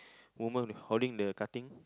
woman with holding the cutting